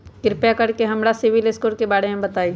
कृपा कर के हमरा सिबिल स्कोर के बारे में बताई?